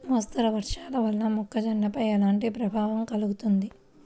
మోస్తరు వర్షాలు వల్ల మొక్కజొన్నపై ఎలాంటి ప్రభావం కలుగుతుంది?